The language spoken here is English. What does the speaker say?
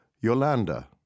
Yolanda